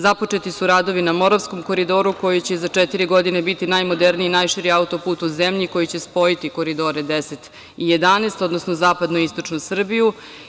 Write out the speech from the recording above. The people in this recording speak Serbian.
Započeti su radovi na Moravskom koridoru, koji će za četiri godine biti najmoderniji, najširi auto-put u zemlji, koji će spojiti Koridore 10 i 11, odnosno zapadnu i istočnu Srbiju.